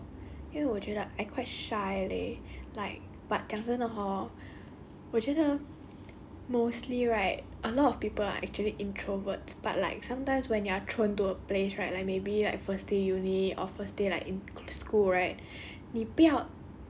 I feel like I'm more towards introvert lor 因为我觉得 I quite shy leh like but 讲真的 hor 我觉得 mostly right a lot of people are actually introvert but like sometimes when you're thrown to a place right like maybe like first day uni or first day like in